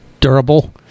durable